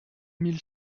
mille